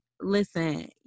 listen